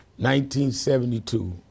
1972